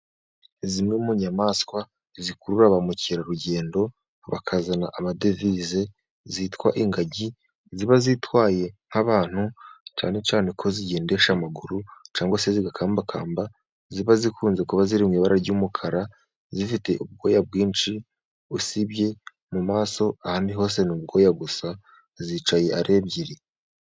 Zimwe mu nyamaswa zikurura ba mukerarugendo bakazana amadevize zitwa ingagi, ziba zitwaye nk'abantu cyane cyane ko zigendesha amaguru, cyangwa se zigakambakamba. Ziba zikunze kuba ziri mu ibara ry'umukara, zifite ubwoya bwinshi, usibye mu maso ahandi hose ni ubwoya gusa, zicaye ari ebyiri.